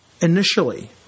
initially